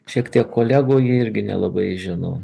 šiek tiek kolegų jie irgi nelabai žino